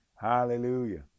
hallelujah